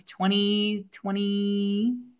2020